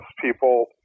people